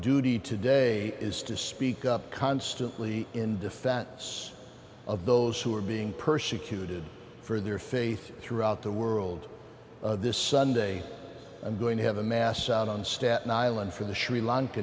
duty today is to speak up constantly in defense of those who are being persecuted for their faith throughout the world this sunday i'm going to have a mass out on staten island for the sri lanka